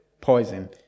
poison